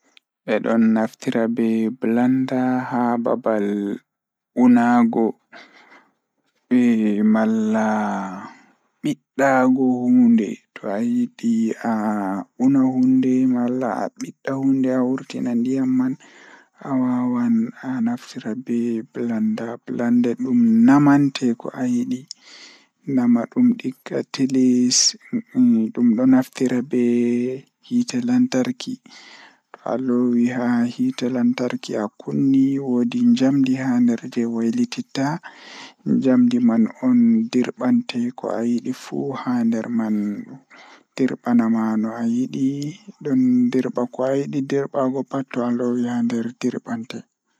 Blender ko nafaade e njiytaade ngelɗi ɓe soodiri. Nde eɓe daɓɓi, ngal fiya njiytaade jeyɗi, hikkinaa e ngelɗi ɓe foti. Ko njiytaade mawniraade, ngal njaltina laawol ngam miijo ɓe.